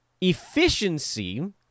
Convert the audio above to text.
efficiency